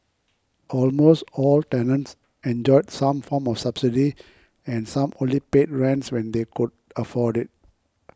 almost all tenants enjoyed some form of subsidy and some only paid rents when they could afford it